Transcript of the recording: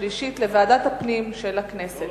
לוועדת הפנים והגנת הסביבה נתקבלה.